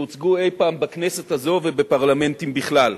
שהוצגו אי-פעם בכנסת הזאת ובפרלמנטים בכלל.